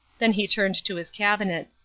then he turned to his cabinet.